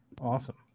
awesome